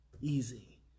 easy